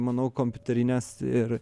manau kompiuterinės ir